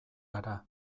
gara